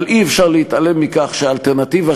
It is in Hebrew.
אבל אי-אפשר להתעלם מכך שהאלטרנטיבה,